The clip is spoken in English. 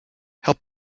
help